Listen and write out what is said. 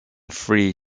free